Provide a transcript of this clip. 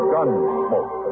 Gunsmoke